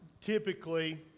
typically